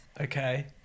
Okay